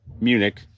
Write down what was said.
Munich